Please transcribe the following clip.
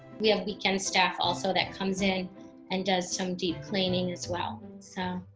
we have weekend staff also that comes in and does some deep cleaning as well so.